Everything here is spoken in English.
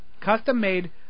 custom-made